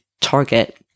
target